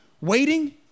waiting